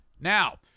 Now